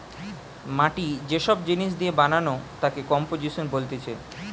মাটি যে সব জিনিস দিয়ে বানানো তাকে কম্পোজিশন বলতিছে